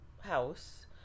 house